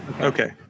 Okay